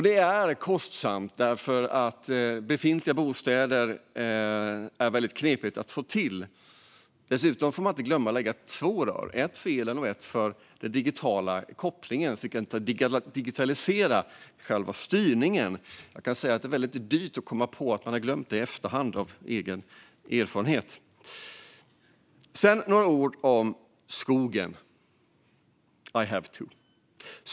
Det är kostsamt eftersom det är väldigt knepigt att få till det vid befintliga bostäder. Dessutom får man inte glömma att lägga två rör, ett för elen och ett för den digitala kopplingen, för att digitalisera själva styrningen. Det är väldigt dyrt att i efterhand komma på att man har glömt det. Det vet jag av egen erfarenhet. Sedan vill jag säga några ord om skogen, I have to.